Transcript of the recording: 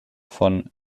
von